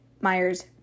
Myers